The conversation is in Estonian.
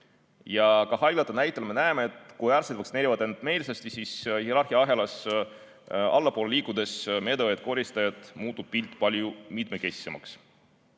Ja ka haiglate näitel me näeme, et kui arstid vaktsineerivad end meelsasti, siis hierarhiaahelas allapoole liikudes – medõed, koristajad – me näeme, et muutub pilt palju mitmekesisemaks.